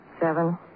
Seven